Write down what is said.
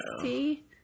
see